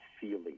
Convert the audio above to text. feeling